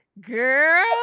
girl